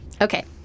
okay